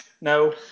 No